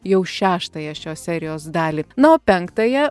jau šeštąją šios serijos dalį na o penktąją